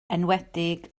enwedig